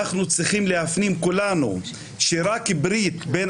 אנחנו צריכים להפנים כולנו שרק ברית בין